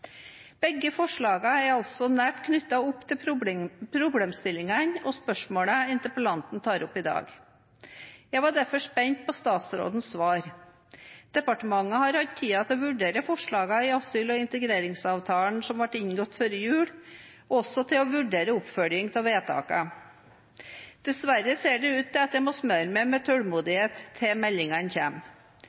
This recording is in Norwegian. problemstillingene og spørsmålene interpellanten tar opp i dag. Jeg var derfor spent på statsrådens svar. Departementet har hatt tid til å vurdere forslagene i asyl- og integreringsavtalen som ble inngått før jul, og også til å vurdere oppfølging av vedtakene. Dessverre ser det ut til at jeg må smøre meg med tålmodighet til meldingene